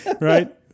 right